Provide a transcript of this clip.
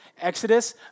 Exodus